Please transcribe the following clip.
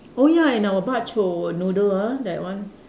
oh ya and our bak-chor noodle ah that one